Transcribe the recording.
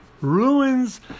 Ruins